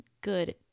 good